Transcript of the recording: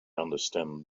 understand